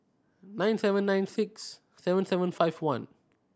nine seven nine six seven seven five one